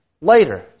Later